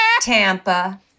Tampa